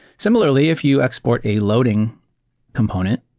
similarly, if you export a loading component,